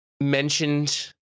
mentioned